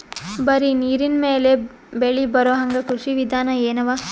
ಬರೀ ನೀರಿನ ಮೇಲೆ ಬೆಳಿ ಬರೊಹಂಗ ಕೃಷಿ ವಿಧಾನ ಎನವ?